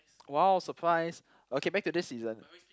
!wow! surprise okay back to this season